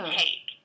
take